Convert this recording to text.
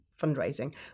fundraising